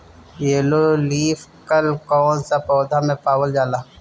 Yellow leaf कल कौन सा पौधा में पावल जाला?